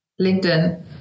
LinkedIn